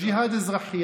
ג'יהאד אזרחי,